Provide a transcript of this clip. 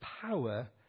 power